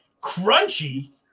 Crunchy